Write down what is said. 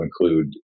include